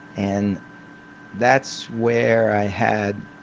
and that's where i had,